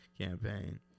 campaign